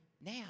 now